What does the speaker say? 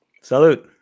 Salute